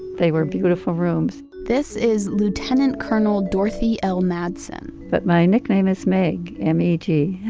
they were beautiful rooms this is lieutenant colonel dorothy l madsen but my nickname is meg, m e g.